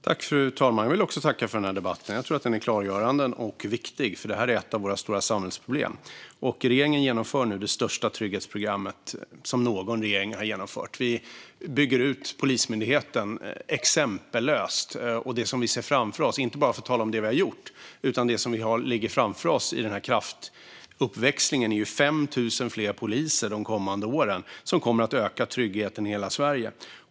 Fru talman! Jag vill också tacka för den här debatten. Jag tror att den är klargörande och viktig, för detta är ett av våra stora samhällsproblem. Regeringen genomför nu det största trygghetsprogram som någon regering har genomfört. Vi bygger ut Polismyndigheten exempellöst. Det vi ser framför oss - för att inte bara tala om det vi har gjort utan om det som ligger framför oss i denna kraftuppväxling - är 5 000 fler poliser de kommande åren. Det kommer att öka tryggheten i hela Sverige.